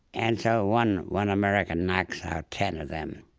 and so one one american knocks out ten of them